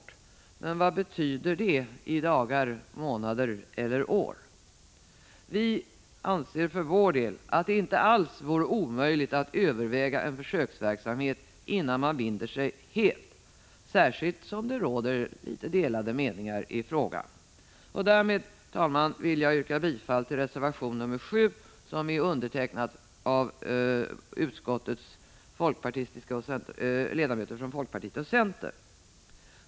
Det är ju bra, men vad betyder det i dagar, månader eller år? Vi anser för vår del att det inte alls vore omöjligt att överväga en försöksverksamhet innan man binder sig helt, särskilt som det råder litet delade meningar i frågan. Därmed, herr talman, vill jag yrka bifall till reservation nr 7, som är undertecknad av ledamöter från folkpartiet och centern.